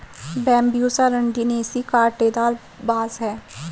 Bambusa अरंडिनेसी काँटेदार बाँस है